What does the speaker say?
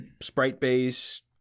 sprite-based